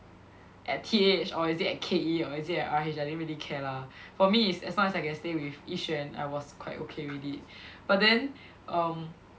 at T_H or is it at K_E or is it at R_H I didn't really care lah for me is as long as I can stay with Yi Xuan I was quite okay already but then um